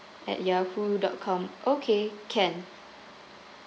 at yahoo dot com okay can